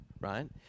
right